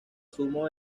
zumo